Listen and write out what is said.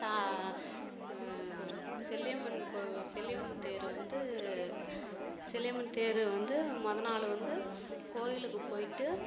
சா செல்லியம்மன் கோ செல்லியம்மன் தேர் வந்து செல்லியம்மன் தேர் வந்து மொதல் நாள் வந்து கோவிலுக்கு போயிட்டு